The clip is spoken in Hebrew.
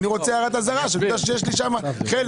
אני רוצה הערת אזהרה, שאני אדע שיש לי שם חלק.